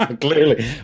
clearly